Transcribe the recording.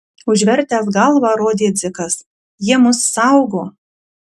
užvertęs galvą rodė dzikas jie mus saugo